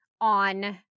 on